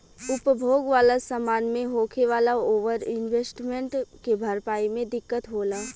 उपभोग वाला समान मे होखे वाला ओवर इन्वेस्टमेंट के भरपाई मे दिक्कत होला